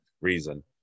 reason